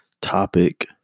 topic